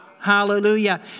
Hallelujah